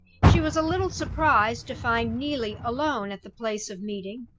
she was a little surprised to find neelie alone at the place of meeting.